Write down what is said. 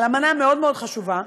על אמנה מאוד מאוד חשובה,